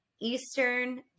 Eastern